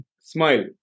Smile